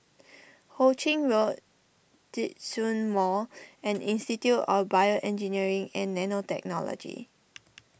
Ho Ching Road Djitsun Mall and Institute of BioEngineering and Nanotechnology